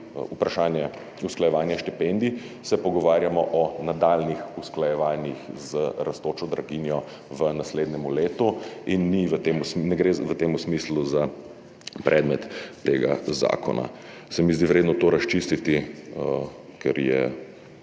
vprašanje usklajevanja štipendij, se pogovarjamo o nadaljnjih usklajevanjih z rastočo draginjo v naslednjem letu; v tem smislu ne gre za predmet tega zakona. Se mi zdi vredno to razčistiti, ker je